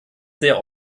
sehr